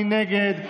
מי נגד?